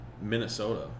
Minnesota